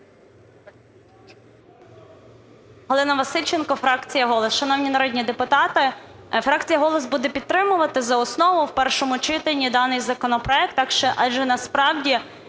Галина Васильченко, фракція "Голос". Шановні народні депутати, фракція "Голос" буде підтримувати за основу в першому читанні даний законопроект, адже насправді